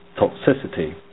toxicity